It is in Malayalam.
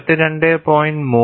3 കിലോ ന്യൂട്ടൺ 17